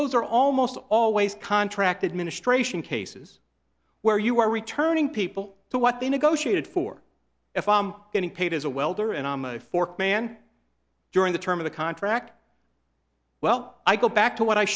those are almost always contracted ministration cases where you are returning people to what they negotiated for if i am getting paid as a welder and i'm a fork man during the term of the contract well i go back to what i